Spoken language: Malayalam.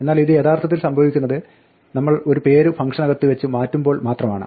എന്നാൽ ഇത് യഥാർത്ഥത്തിൽ സംഭവിക്കുന്നത് നമ്മൾ ഒരു പേര് ഫംഗ്ഷനകത്ത് വെച്ച് മാറ്റുമ്പോൾ മാത്രമാണ്